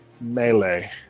melee